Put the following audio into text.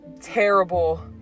terrible